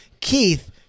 Keith